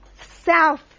south